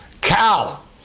Cal